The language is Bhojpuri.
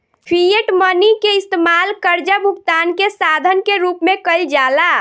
फिएट मनी के इस्तमाल कर्जा भुगतान के साधन के रूप में कईल जाला